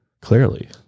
Clearly